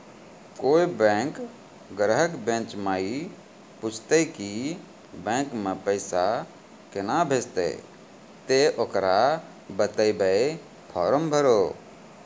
कोय बैंक ग्राहक बेंच माई पुछते की बैंक मे पेसा केना भेजेते ते ओकरा बताइबै फॉर्म भरो